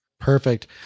Perfect